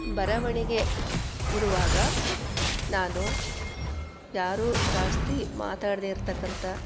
ಬರವಣಿಗೆ ಇರುವಾಗ ನಾನು ಯಾರು ಜಾಸ್ತಿ ಮಾತಾಡದೇ ಇರ್ತಕ್ಕಂಥ